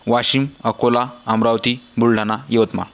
Washim Akola Amravati Buldhana Yavatmal